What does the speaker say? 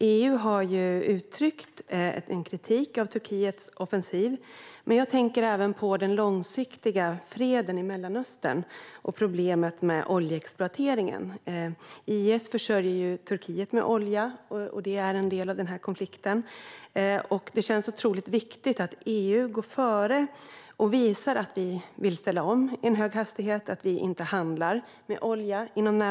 EU har ju uttryckt kritik mot Turkiets offensiv, men jag tänker även på den långsiktiga freden i Mellanöstern och problemet med oljeexploateringen. IS försörjer Turkiet med olja, vilket är en del av denna konflikt. Det känns otroligt viktigt att EU går före och visar att vi vill ställa om i hög hastighet och att vi i inte handlar med olja framöver.